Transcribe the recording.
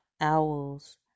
Owls